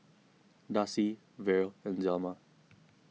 Darcie Verle and Zelma